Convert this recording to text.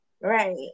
right